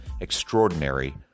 extraordinary